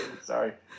sorry